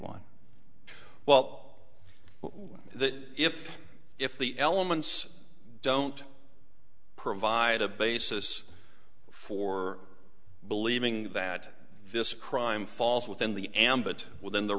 one well that if if the elements don't provide a basis for believing that this crime falls within the ambit within the